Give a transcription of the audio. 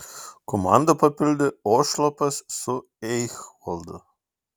komandą papildė ošlapas su eichvaldu